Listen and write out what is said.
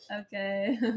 Okay